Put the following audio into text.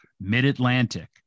mid-Atlantic